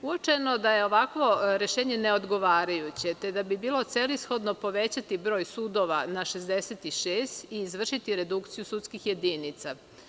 Uočeno je da je ovakvo rešenje neodgovarajuće, te da bi bilo celishodno povećati broj sudova na 66 i izvršiti redukciju sudskih jedinica.